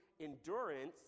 endurance